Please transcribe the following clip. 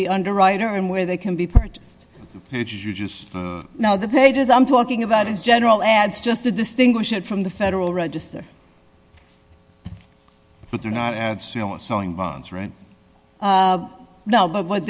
the underwriter and where they can be purchased if you just know the pages i'm talking about is general ads just to distinguish it from the federal register but they're not selling bonds right now but what